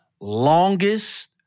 longest